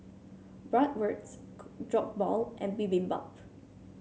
Bratwurst Jokbal and Bibimbap